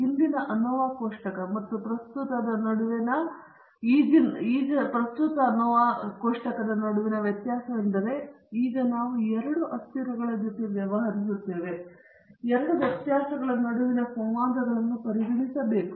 ಹಿಂದಿನ ANOVA ಕೋಷ್ಟಕ ಮತ್ತು ಪ್ರಸ್ತುತದ ನಡುವಿನ ವ್ಯತ್ಯಾಸವೆಂದರೆ ಈಗ ನಾವು ಎರಡು ಅಸ್ಥಿರಗಳ ಜೊತೆ ವ್ಯವಹರಿಸುತ್ತೇವೆ ಮತ್ತು ನಾವು ಎರಡು ವ್ಯತ್ಯಾಸಗಳ ನಡುವಿನ ಸಂವಾದಗಳನ್ನು ಪರಿಗಣಿಸಬೇಕು